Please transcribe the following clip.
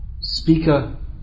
speaker